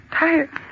tired